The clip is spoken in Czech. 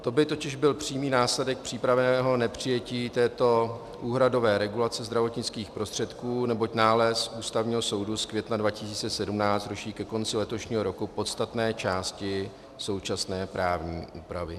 To by totiž byl přímý následek případného nepřijetí této úhradové regulace zdravotnických prostředků, neboť nález Ústavního soudu z května 2017 ruší ke konci letošního roku podstatné části současné právní úpravy.